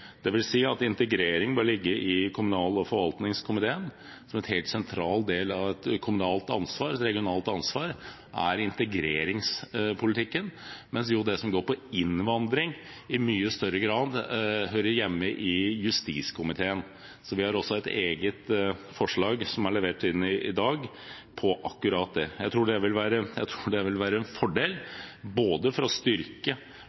handler om integrering, kan deles opp. Det vil si at integreringssaker bør ligge i kommunal- og forvaltningskomiteen. Integreringspolitikken er en helt sentral del av et kommunalt og regionalt ansvar. Men det som handler om innvandring, hører i mye større grad hjemme i justiskomiteen. Vi har et eget forslag, som er levert inn i dag, om akkurat det. Jeg tror det vil være en